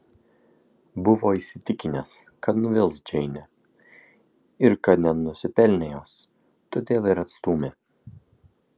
buvo įsitikinęs kad nuvils džeinę ir kad nenusipelnė jos todėl ir atstūmė